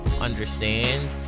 understand